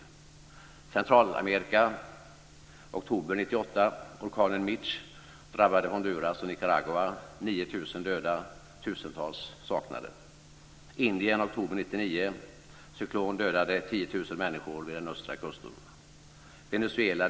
människor vid den östra kusten.